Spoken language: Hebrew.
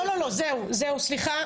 לא, לא, לא, זהו, זהו, סליחה.